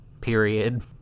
period